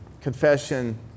confession